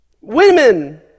women